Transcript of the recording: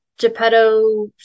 Geppetto